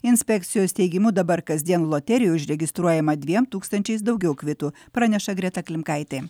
inspekcijos teigimu dabar kasdien loterijų užregistruojama dviem tūkstančiais daugiau kvitų praneša greta klimkaitė